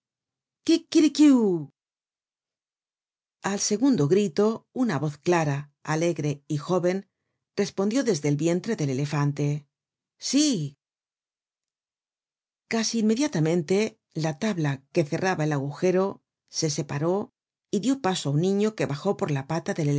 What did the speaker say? asi quiquiriquiu al segundo grito una voz clara alegre y jóven respondió desde el vientre del elefante sí casi inmediatamente la tabla que cerraba el agujero se separó y dió paso á un niño que bajó por la pata del